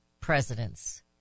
presidents